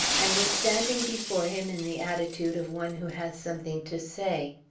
and was standing before him in the attitude of one who has something to say.